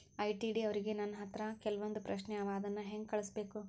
ITD ಅವ್ರಿಗೆ ನನ್ ಹತ್ರ ಕೆಲ್ವೊಂದ್ ಪ್ರಶ್ನೆ ಅವ ಅದನ್ನ ಹೆಂಗ್ ಕಳ್ಸ್ಬೇಕ್?